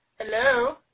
Hello